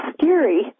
scary